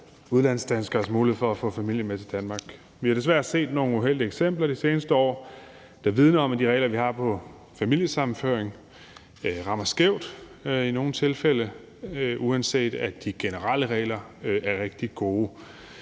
Vi har desværre set nogle uheldige eksempler de seneste år, der vidner om, at de regler, vi har om familiesammenføring, rammer skævt i nogle tilfælde, uanset at de generelle regler er rigtig gode.